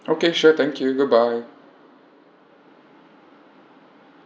okay sure thank you goodbye